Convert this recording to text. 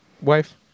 Wife